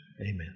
amen